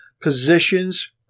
positions